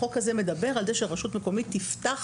החוק הזה מדבר על זה שרשות מקומית תפתח